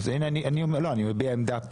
לא, אני מביע עמדה פה.